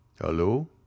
hello